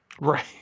right